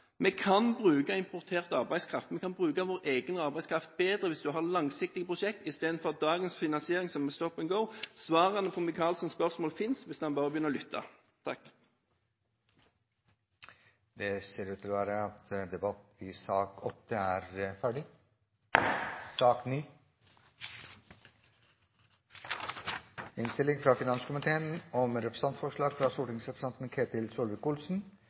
vi har det på alt det andre. Vi kan bruke importert arbeidskraft, og vi kan bruke vår egen arbeidskraft bedre hvis vi har langsiktige prosjekter istedenfor dagens finansiering, som er «stop and go». Svarene på representanten Micaelsens spørsmål finnes, hvis han bare begynner å lytte. Debatten i sak nr. 8 er dermed avsluttet. Etter ønske fra finanskomiteen